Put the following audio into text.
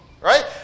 right